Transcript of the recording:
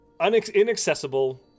inaccessible